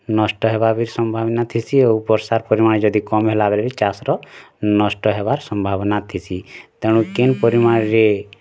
ନଷ୍ଟ ହେବାବି ସମ୍ଭବ ନା ଥିସି ଆଉ ବର୍ଷା ର ପରିମାଣ ଯଦି କମ୍ ହେଲା ବୋଲେ ଚାଷ୍ ର ନଷ୍ଟ ହେବାର୍ ସମ୍ଭାବନା ଥିସି ତେଣୁ କିନ୍ ପରିମାଣ ରେ